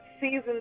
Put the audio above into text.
season